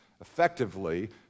effectively